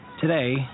Today